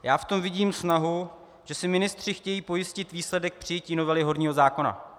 Já v tom vidím snahu, že si ministři chtějí pojistit výsledek přijetí novely horního zákona.